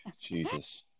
Jesus